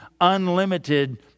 unlimited